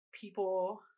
people